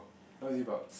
what is it about